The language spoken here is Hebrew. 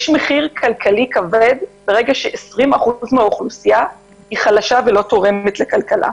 יש מחיר כלכלי כבד ברגע ש-20% מהאוכלוסייה היא חלשה ולא תורמת לכלכלה.